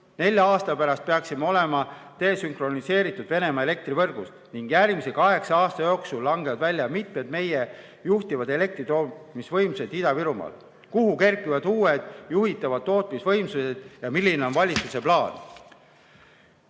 Nelja aasta pärast peaksime olema desünkroniseeritud Venemaa elektrivõrgust ning järgmise kaheksa aasta jooksul langevad välja mitmed meie juhitavad elektritootmisvõimsused Ida-Virumaal. Kuhu kerkivad uued juhitavad tootmisvõimsused ja milline on valitsuse plaan?